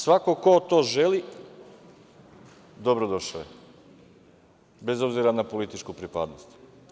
Svako ko to želi dobrodošao je, bez obzira na političku pripadnost.